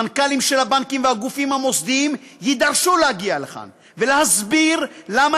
המנכ"לים של הבנקים והגופים המוסדיים יידרשו להגיע לכאן ולהסביר למה